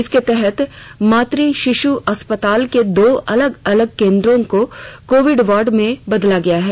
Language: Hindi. इसके तहत मातृ शिशु अस्पताल के दो अलग अलग केंद्रों को कोविड वार्ड में बदल दिया गया है